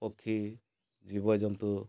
ପକ୍ଷୀ ଜୀବଜନ୍ତୁ